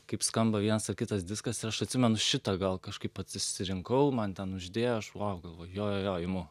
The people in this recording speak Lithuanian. kaip skamba vienas ar kitas diskas ir aš atsimenu šitą gal kažkaip pats išsirinkau man ten n uždėjo aš vau galvoju jo jo jo imu